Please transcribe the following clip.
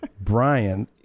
Brian